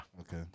Okay